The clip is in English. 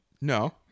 No